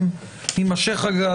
אם יימשך הגל,